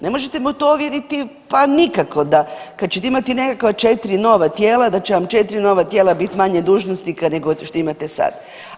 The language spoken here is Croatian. Ne možete me u to uvjeriti pa nikako, da kad ćete imati nekakva 4 nova tijela, da će vam 4 nova tijela biti manje dužnosnika nego što imate sad.